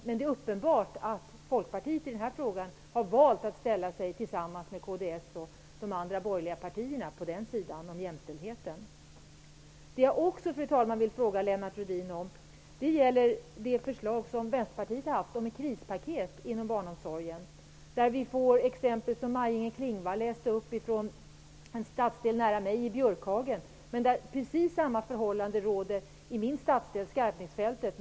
Men det är uppenbart att Folkpartiet i denna fråga har valt att ställa sig tillsammans med kds och de andra borgerliga partierna i fråga om jämställdheten. Fru talman! Jag vill också fråga Lennart Rohdin om Vänsterpartiets förslag till krispaket inom barnomsorgen. Där finns sådant som det exempel från en stadsdel, Björkhagen, som Maj-Inger Klingvall läste upp. Precis samma förhållande råder i min stadsdel Skarpnäcksfältet.